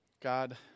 God